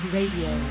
Radio